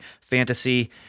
fantasy